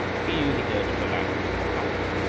he knew he dared not allow him to be touched,